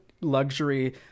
luxury